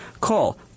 Call